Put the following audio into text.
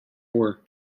ore